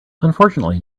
unfortunately